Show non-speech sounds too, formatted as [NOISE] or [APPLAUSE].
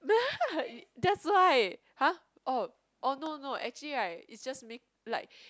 [LAUGHS] that's why !huh! oh oh no no actually right it's just make like